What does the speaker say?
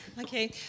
Okay